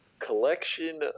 collection